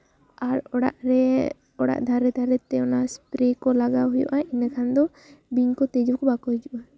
ᱟᱨ ᱚᱲᱟᱜ ᱨᱮ ᱚᱲᱟᱜ ᱫᱷᱟᱨᱮ ᱫᱷᱟᱨᱮ ᱛᱮ ᱚᱱᱟ ᱥᱯᱨᱮ ᱠᱚ ᱞᱟᱜᱟᱣ ᱦᱩᱭᱩᱜᱼᱟ ᱮᱸᱰᱮᱠᱷᱟᱱ ᱫᱚ ᱵᱤᱧ ᱠᱚ ᱛᱤᱡᱩ ᱠᱚ ᱵᱟᱠᱚ ᱦᱤᱡᱩᱜᱼᱟ